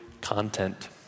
content